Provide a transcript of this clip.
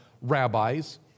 rabbis